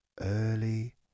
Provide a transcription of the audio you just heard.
early